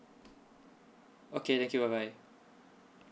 okay thank you bye bye